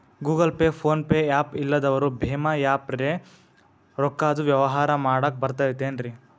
Google Pay, PhonePe app ಇಲ್ಲದವರು ಭೇಮಾ app ಲೇ ರೊಕ್ಕದ ವ್ಯವಹಾರ ಮಾಡಾಕ್ ಬರತೈತೇನ್ರೇ?